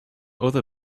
other